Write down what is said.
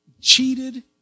Cheated